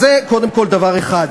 אז זה קודם כול דבר אחד.